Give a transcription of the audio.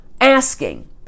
asking